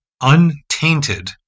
untainted